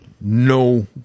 no